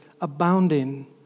abounding